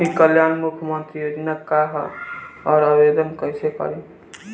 ई कल्याण मुख्यमंत्री योजना का है और आवेदन कईसे करी?